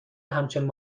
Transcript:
همچون